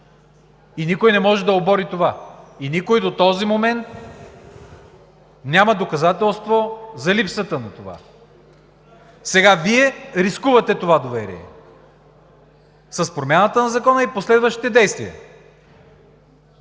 Никой не може да обори това и никой до този момент няма доказателство за липсата на това. Сега Вие рискувате това доверие с промяната на Закона и последващите действия.